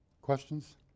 Questions